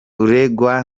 uregwa